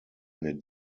eine